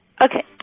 okay